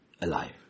alive